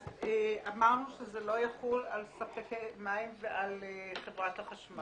אז אמרנו שזה לא יחול על ספקי מים ועל חברת החשמל.